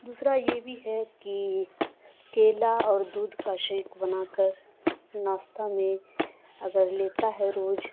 دوسرا یہ بھی ہے کہ کیلا اور دودھ کا شیک بنا کر ناشتہ میں اگر لیتا ہے روز